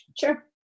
Sure